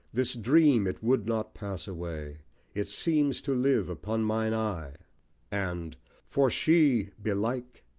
this dream it would not pass away it seems to live upon mine eye and for she, belike,